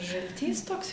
žaltys toks